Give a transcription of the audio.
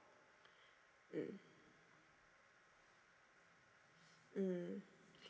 mm mm